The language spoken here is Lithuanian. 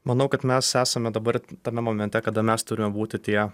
manau kad mes esame dabar tame momente kada mes turim būti tie